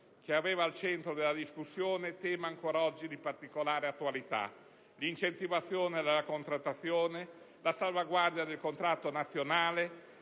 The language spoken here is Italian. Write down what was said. che aveva al centro della discussione temi ancora oggi di particolare attualità: l'incentivazione alla contrattazione di secondo livello, la salvaguardia del contratto nazionale,